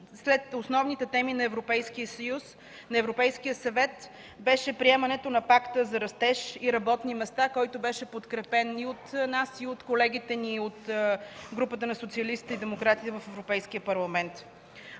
сред основните теми на Европейския съвет беше приемането на Пакта за растеж и работни места, който беше подкрепен и от нас, и от колегите ни от групата на социалистите и демократите в Европейския парламент.